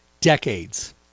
Decades